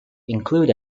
include